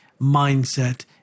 mindset